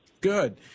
Good